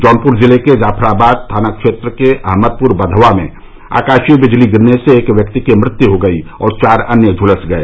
जौनपुर जिले के जाफराबाद थाना क्षेत्र के अहमदपुर बधवा में आकाशीय बिजली गिरने से एक व्यक्ति की मृत्यु हो गई और चार अन्य झुलस गए